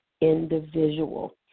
individual